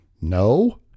no